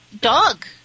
dog